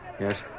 Yes